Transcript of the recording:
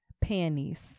panties